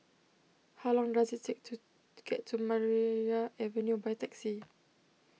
how long does it take to get to Maria Avenue by taxi